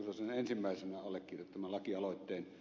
tiusasen ensimmäisenä allekirjoittaman lakialoitteen